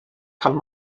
kann